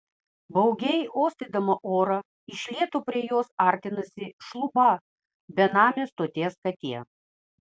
baugiai uostydama orą iš lėto prie jos artinosi šluba benamė stoties katė